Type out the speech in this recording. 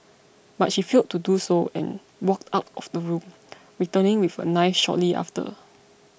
but she failed to do so and walked out of the room returning with a knife shortly after